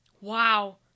Wow